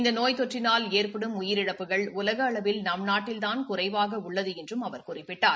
இந்த நோய் தொற்றினால் ஏற்படும் உயிரிழப்புகள் உலக அளவில் நம் நாட்டில்தான் குறைவாக உள்ளது என்றும் அவர் குறிப்பிட்டார்